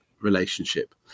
relationship